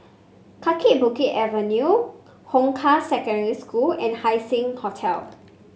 Kaki Bukit Avenue Hong Kah Secondary School and Haising Hotel